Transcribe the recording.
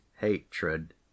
hatred